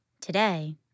Today